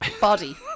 body